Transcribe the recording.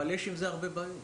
אבל יש עם זה הרבה בעיות.